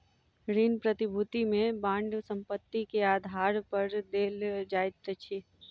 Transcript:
ऋण प्रतिभूति में बांड संपत्ति के आधार पर देल जाइत अछि